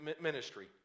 ministry